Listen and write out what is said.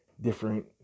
different